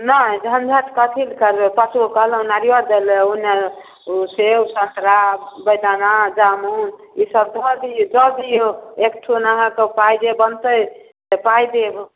नहि झँझटि कथीके करबै पाँच गो कहलहुँ नारिअर दैलए ओ नहि सेब सन्तरा बेदाना जामुन ईसब धऽ दिऔ दऽ दिऔ एकठाम अहाँके पाइ जे बनतै से पाइ देब